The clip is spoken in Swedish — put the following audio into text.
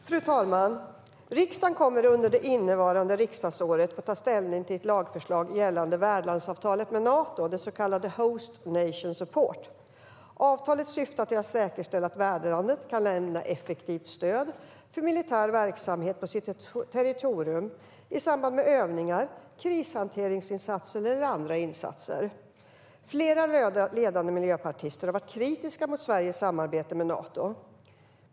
Fru talman! Riksdagen kommer under det innevarande riksdagsåret att ta ställning till ett lagförslag gällande värdlandsavtalet med Nato, det så kallade Host Nation Support. Avtalet syftar till att säkerställa att värdlandet kan lämna effektivt stöd för militär verksamhet på sitt territorium i samband med övningar, krishanteringsinsatser eller andra insatser. Flera ledande miljöpartister har varit kritiska mot Sveriges samarbete med Nato.